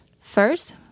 First